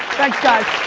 thanks guys,